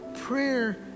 prayer